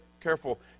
careful